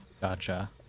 Gotcha